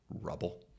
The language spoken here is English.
rubble